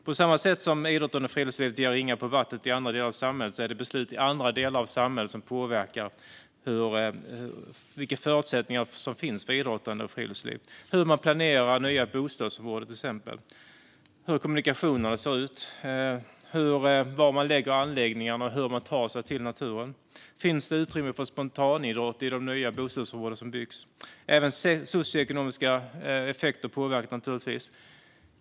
På samma sätt som idrotten och friluftslivet ger ringar på vattnet i andra delar av samhället påverkar beslut i andra delar av samhället förutsättningarna för idrottande och friluftsliv. Exempel på det är hur man planerar nya bostadsområden. Hur ser kommunikationerna ut? Var lägger man anläggningarna? Hur ska det gå att ta sig till naturen? Och finns det utrymme för spontanidrott i de nya bostadsområden som byggs? Även socioekonomiska effekter påverkar.